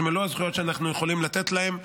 מלוא הזכויות שאנחנו יכולים לתת להם,